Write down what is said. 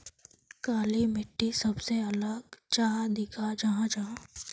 काली मिट्टी सबसे अलग चाँ दिखा जाहा जाहा?